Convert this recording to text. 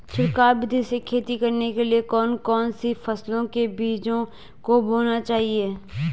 छिड़काव विधि से खेती करने के लिए कौन कौन सी फसलों के बीजों को बोना चाहिए?